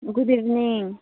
good evening